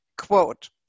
quote